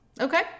Okay